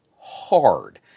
hard